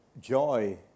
joy